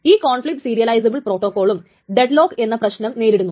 ഈ conflict serializable പ്രോട്ടോക്കോളും dead lock എന്ന പ്രശ്നം നേരിടുന്നു